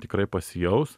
tikrai pasijaus